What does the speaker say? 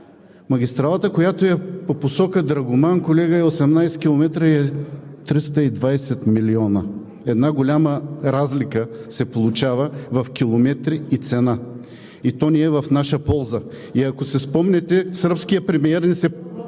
Магистралата, която е по посока Драгоман, колега, е 18 км и е 320 милиона. Една голяма разлика се получава в километри и цена и то не е в наша полза. И ако си спомняте, сръбският премиер ни